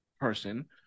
person